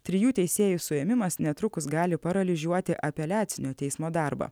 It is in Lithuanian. trijų teisėjų suėmimas netrukus gali paralyžiuoti apeliacinio teismo darbą